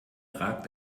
ragt